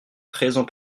présent